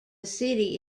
city